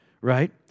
right